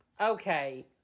Okay